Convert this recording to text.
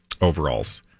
overalls